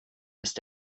ist